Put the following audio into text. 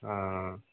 अँ